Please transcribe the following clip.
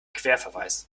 querverweis